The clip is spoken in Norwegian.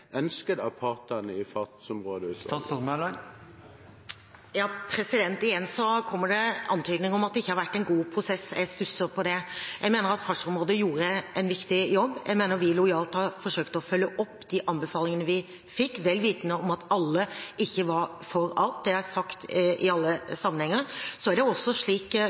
ønsket av partene i Fartsområdeutvalget? Igjen kommer det antydninger om at det ikke har vært en god prosess. Jeg stusser over det. Jeg mener at Fartsområdeutvalget gjorde en viktig jobb. Jeg mener vi lojalt har forsøkt å følge opp de anbefalingene vi fikk, vel vitende om at alle ikke var for alt. Det har jeg sagt i alle sammenhenger. Jeg innkalte partene da jeg ble klar over at ESA ikke ville notifisere støtteordningen. Det